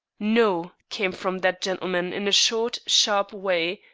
no, came from that gentleman in a short, sharp way,